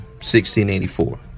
1684